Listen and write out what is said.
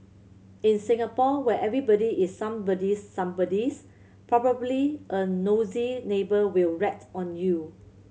in Singapore where everybody is somebody's somebody's probably a nosy neighbour will rat on you